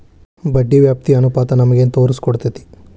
ಬಡ್ಡಿ ವ್ಯಾಪ್ತಿ ಅನುಪಾತ ನಮಗೇನ್ ತೊರಸ್ಕೊಡ್ತೇತಿ?